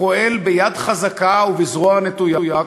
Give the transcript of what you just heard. ופועל ביד חזקה ובזרוע נטויה,